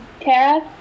Tara